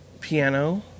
Piano